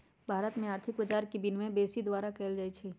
भारत में आर्थिक बजार के विनियमन सेबी द्वारा कएल जाइ छइ